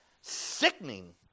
sickening